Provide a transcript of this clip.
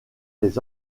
les